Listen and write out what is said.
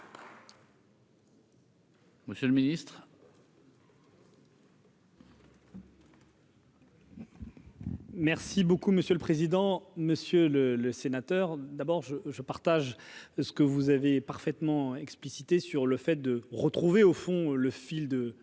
Monsieur le Ministre. Merci beaucoup monsieur le président, monsieur le sénateur, d'abord je je partage ce que vous avez parfaitement explicitée, sur le fait de retrouver, au fond, le fils de